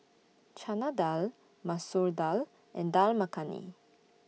Chana Dal Masoor Dal and Dal Makhani